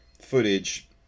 footage